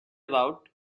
about